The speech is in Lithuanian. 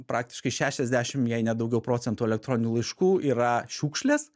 praktiškai šešiasdešimt jei ne daugiau procentų elektroninių laiškų yra šiukšlės